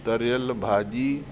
तरियल भाॼी